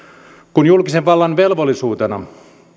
kun julkisen vallan velvollisuutena